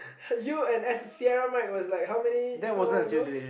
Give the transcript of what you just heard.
you and Sierra-Mike how was like how many how long ago